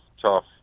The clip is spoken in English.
tough